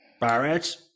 Barrett